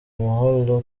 mahoro